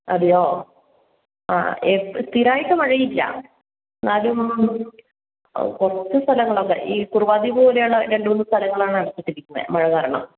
അതെയോ അ ഏ സ്ഥിരമായിട്ട് മഴയില്ല എന്നാലും കുറച്ച് സ്ഥലങ്ങളൊക്കെ ഈ കുറുവാദ്വീപ് പോലെയുള്ള രണ്ട് മൂന്ന് സ്ഥലങ്ങളാണ് അടച്ചിട്ടിരിക്കുന്നത് മഴ കാരണം